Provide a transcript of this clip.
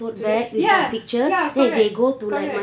today ya ya correct correct